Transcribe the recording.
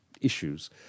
issues